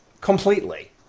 completely